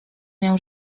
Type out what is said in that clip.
miał